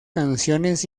canciones